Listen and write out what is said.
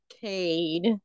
Cade